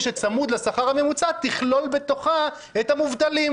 שצמוד לשכר הממוצע תכלול בתוכה את המובטלים.